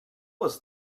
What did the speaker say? was